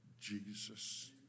Jesus